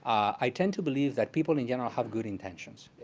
i tend to believe that people in general have good intentions.